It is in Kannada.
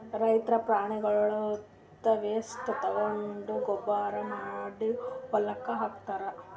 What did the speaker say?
ರೈತರ್ ಪ್ರಾಣಿಗಳ್ದ್ ವೇಸ್ಟ್ ತಗೊಂಡ್ ಗೊಬ್ಬರ್ ಮಾಡಿ ಹೊಲಕ್ಕ್ ಹಾಕ್ತಾರ್